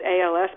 ALS